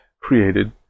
created